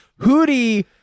Hootie